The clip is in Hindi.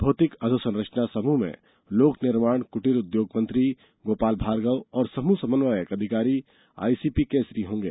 भौतिक अधोसंरचना समूह में लोक निर्माण कृटीर ग्रामोद्योग मंत्री गोपाल भार्गव और समूह समन्वयक अधिकारी आईसीपी केशरी होंगे